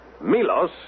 Milos